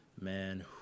man